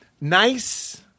Nice